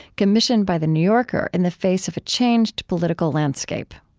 commissioned by the new yorker in the face of a changed political landscape